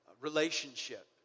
relationship